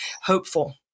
hopeful